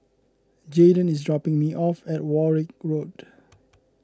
Jayden is dropping me off at Warwick Road